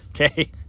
Okay